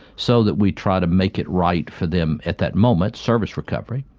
so that we try to make it right for them at that moment, service recovery.